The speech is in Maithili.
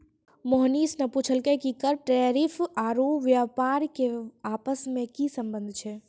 मोहनीश ने पूछलकै कि कर टैरिफ आरू व्यापार के आपस मे की संबंध छै